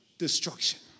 destruction